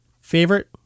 Favorite